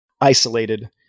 isolated